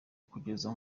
kugeza